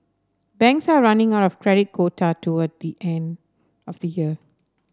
banks are running out of credit quota toward the end of the year